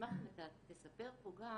נשמח אם אתה תספר פה גם